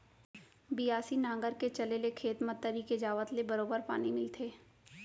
बियासी नांगर के चले ले खेत म तरी के जावत ले बरोबर पानी मिलथे